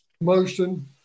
Motion